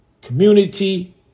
community